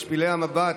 משפילי המבט,